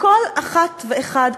כל אחד ואחת,